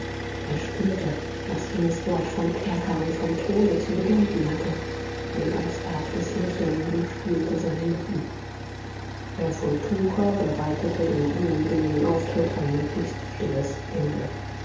er spürte was jenes wort vom kerker und vom throne zu bedeuten hatte ein geisterhaftes lächeln umspielte seine lippen herr von tucher bereitete dem unangenehmen auftritt ein möglichst stilles ende